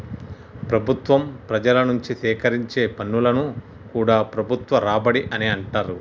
ప్రభుత్వం ప్రజల నుంచి సేకరించే పన్నులను కూడా ప్రభుత్వ రాబడి అనే అంటరు